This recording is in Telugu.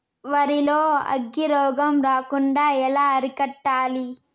వరి లో అగ్గి రోగం రాకుండా ఎలా అరికట్టాలి?